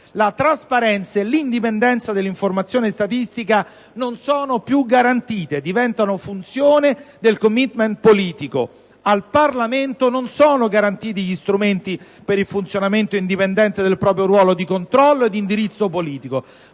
la trasparenza e l'indipendenza dell'informazione statistica non sono più garantite, ma diventano funzione del *commitment* politico, e al Parlamento non sono garantiti gli strumenti per il funzionamento indipendente del proprio ruolo di controllo e di indirizzo politico.